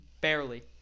Barely